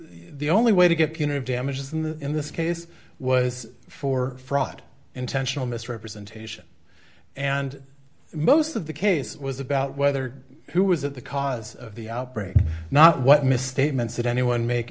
the only way to get punitive damages in this case was for fraud intentional misrepresentation and most of the case was about whether who was at the cause of the outbreak not what misstatements did anyone make